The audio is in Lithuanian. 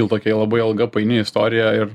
jau tokia labai ilga paini istorija ir